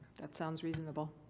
that sounds reasonable.